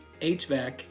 HVAC